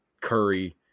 Curry